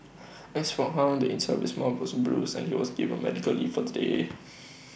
as for hung the inside of his mouth was bruised and he was given medical leave for the day